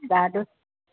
ॾाढो